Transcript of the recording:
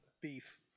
beef